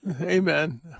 amen